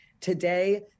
Today